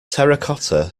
terracotta